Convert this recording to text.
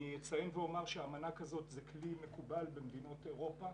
אני אציין ואומר שאמנה כזאת היא כלי מקובל במדינות אירופה